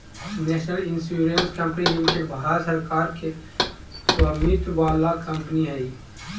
national insurance company limited Bharat सरकार के स्वामित्व वाला कंपनी हई